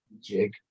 jig